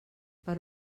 per